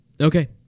Okay